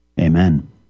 Amen